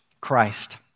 Christ